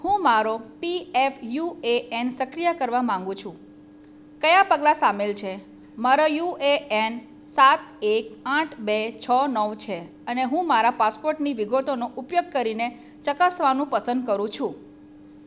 હું મારો PF U A N સક્રિય કરવા માગું છું કયા પગલાં સામેલ છે મારો યુ એ એન સાત એક આઠ બે છ નવ છે અને હું મારા પાસપોર્ટની વિગતોનો ઉપયોગ કરીને ચકાસવાનું પસંદ કરું છું